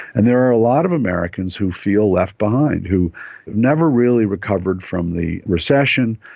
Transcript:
and there are a lot of americans who feel left behind, who never really recovered from the recession.